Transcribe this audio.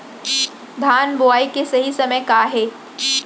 धान बोआई के सही समय का हे?